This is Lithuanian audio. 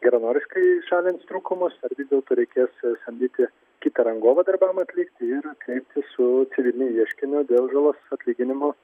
geranoriškai šalins trūkumus ar vis dėlto reikės samdyti kitą rangovą darbam atlikti ir kreiptis su civiliniu ieškiniu dėl žalos atlyginimo